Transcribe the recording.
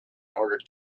order